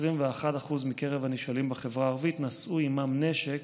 21% מקרב הנשאלים בחברה הערבית נשאו עימם נשק,